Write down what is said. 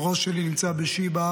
הראש שלי נמצא בשיבא.